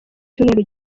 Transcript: cyumweru